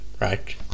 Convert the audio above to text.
right